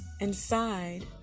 inside